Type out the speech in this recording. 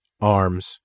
arms